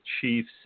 Chiefs